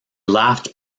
laughed